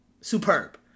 Superb